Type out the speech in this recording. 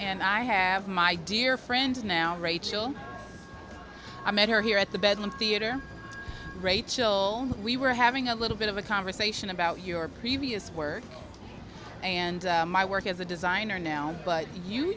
and i have my dear friends now rachael i met her here at the bedlam theater rachael we were having a little bit of a conversation about your previous work and my work as a designer now but you